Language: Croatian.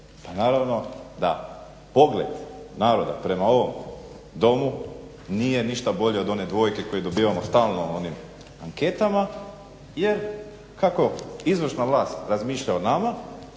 naravno da pogled naroda prema ovom domu nije ništa bolji od one dvojke koju dobivamo stalno u onim anketama jer kako izvršna vlast razmišlja o nama,